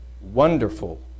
Wonderful